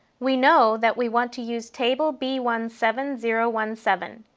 we know that we want to use table b one seven zero one seven,